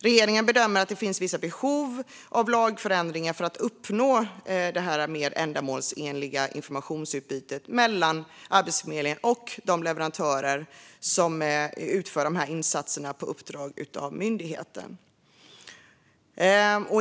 Regeringen bedömer att det finns vissa behov av lagändringar för att uppnå detta mer ändamålsenliga informationsutbyte mellan Arbetsförmedlingen och de leverantörer som utför dessa insatser på uppdrag av myndigheten.